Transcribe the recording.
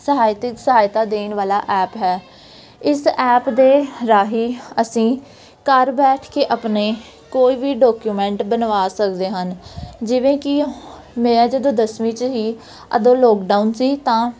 ਸਹਾਤਿਕ ਸਹਾਇਤਾ ਦੇਣ ਵਾਲਾ ਐਪ ਹੈ ਇਸ ਐਪ ਦੇ ਰਾਹੀਂ ਅਸੀਂ ਘਰ ਬੈਠ ਕੇ ਆਪਣੇ ਕੋਈ ਵੀ ਡਾਕੂਮੈਂਟ ਬਣਵਾ ਸਕਦੇ ਹਨ ਜਿਵੇਂ ਕਿ ਮੈਂ ਜਦੋਂ ਦਸਵੀਂ 'ਚ ਸੀ ਉਂਦੋ ਲੋਕਡਾਊਨ ਸੀ ਤਾਂ